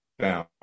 down